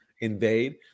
invade